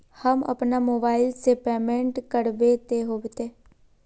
हम अपना मोबाईल से पेमेंट करबे ते होते?